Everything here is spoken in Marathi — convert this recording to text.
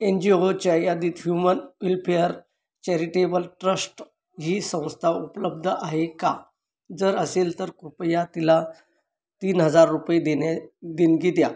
एन जी ओच्या यादीत ह्युमन वेलफेअर चॅरिटेबल ट्रस्ट ही संस्था उपलब्ध आहे का जर असेल तर कृपया तिला तीन हजार रुपये देणे देणगी द्या